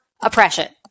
oppression